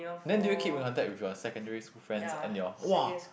then do you keep in contact with your secondary school friends and your !wah!